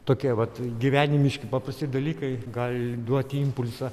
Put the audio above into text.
tokie vat gyvenimiški paprasti dalykai gali duoti impulsą